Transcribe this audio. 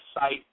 site